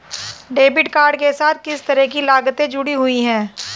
Debit card के साथ किस तरह की लागतें जुड़ी हुई हैं?